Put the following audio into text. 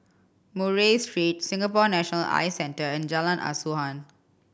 Murray Street Singapore National Eye Centre and Jalan Asuhan